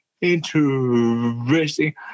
interesting